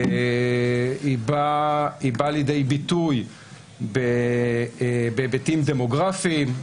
היא באה לידי ביטוי בהיבטים דמוגרפיים,